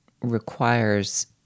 requires